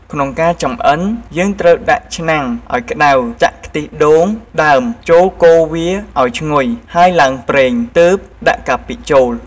ក្នុងការចម្អិនយើងត្រូវដាក់ឆ្នាំងឲ្យក្តៅ ចាក់ខ្ទិះដូងដើមចូលកូរវាអោយឈ្ងុយហើយឡើងប្រេង ទើបដាក់កាពិចូល។